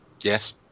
Yes